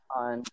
on